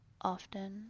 often